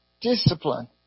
Discipline